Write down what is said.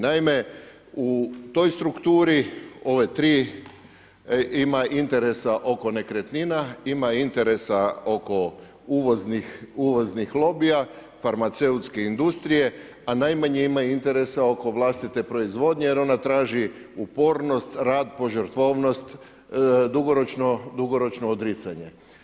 Naime, u toj strukturi, ove 3 ima interesa oko nekretnina, ima interesa oko uvoznih lobija, farmaceutske industrije, a najmanje ima interesa oko vlastite proizvodnje jer ona traži upornost, rad, požrtvovnost, dugoročno odricanje.